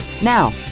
Now